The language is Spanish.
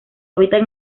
hábitat